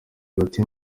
hagati